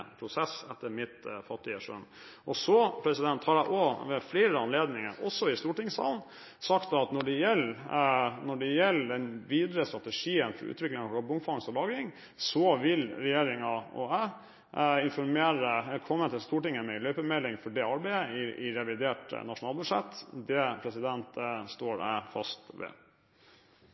prosess, etter mitt fattige skjønn. Så har jeg ved flere anledninger – også i stortingssalen – sagt at når det gjelder den videre strategien for utviklingen av karbonfangst og -lagring, vil regjeringen og jeg komme til Stortinget med en løypemelding om dette arbeidet i forbindelse med revidert nasjonalbudsjett. Det står jeg fast ved.